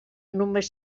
només